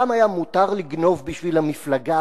פעם היה מותר לגנוב בשביל המפלגה,